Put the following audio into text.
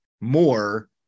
more